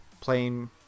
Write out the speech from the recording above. playing